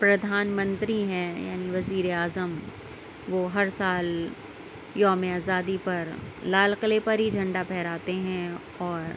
پردھان منتری ہیں یعنی وزیرِ اعظم وہ ہر سال یوم آزادی پر لال قلعے پر ہی جھنڈا پھہراتے ہیں اور